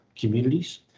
communities